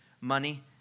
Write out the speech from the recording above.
money